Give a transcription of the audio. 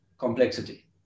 complexity